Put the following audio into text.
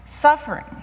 suffering